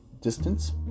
distance